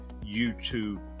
YouTube